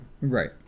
Right